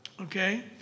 Okay